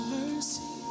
mercy